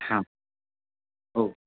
हां हो